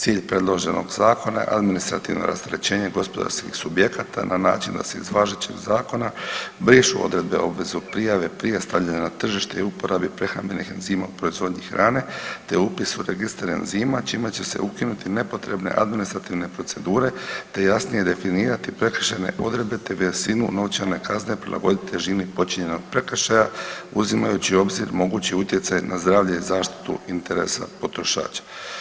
Cilj predloženog zakona je administrativno rasterećenje gospodarskih subjekata na način da se iz važećeg zakona brišu odredbe o obvezi prijave prije stavljanja na tržište i uporabi prehrambenih enzima u proizvodnji hrane, te upisu u registar enzima čime će se ukinuti nepotrebne administrativne procedure, te jasnije definirati prekršajne odredbe, te visinu novčane kazne prilagoditi težini počinjenog prekršaja uzimajući u obzir mogući utjecaj na zdravlje i zaštitu interesa potrošača.